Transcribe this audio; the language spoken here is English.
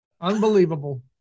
unbelievable